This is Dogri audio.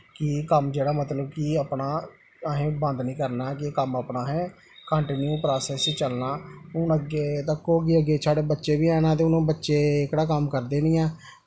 कि कम्म जेह्ड़ा मतलब कि अपना असें बंद निं करना कि कम्म अपना असें कांटिन्यू प्रासैस च चलना हून अग्गें तक्को कि अग्गें साढ़े बच्चे बी हैन न ते हून बच्चे एह्कड़ा कम्म करदे निं ऐ